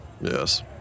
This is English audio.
Yes